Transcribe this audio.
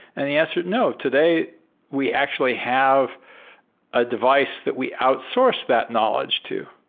and they answered no. today we actually have a device that we outsource that knowledge to,